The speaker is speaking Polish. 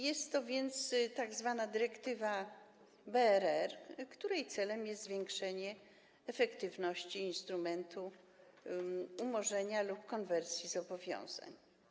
Jest to tzw. dyrektywa BRR, której celem jest zwiększenie efektywności instrumentu umorzenia lub konwersji zobowiązań.